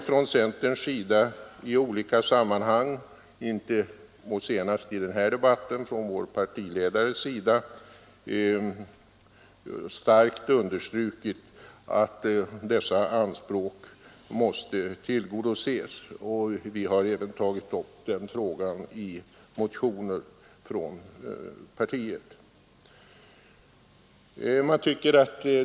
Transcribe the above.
Från centerns sida har i olika sammanhang — senast under denna debatt av vår partiledare — starkt understrukits att dessa anspråk måste tillgodoses. Vi har även tagit upp den frågan i motioner från partiet.